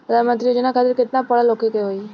प्रधानमंत्री योजना खातिर केतना पढ़ल होखे के होई?